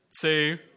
two